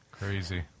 Crazy